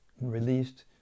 released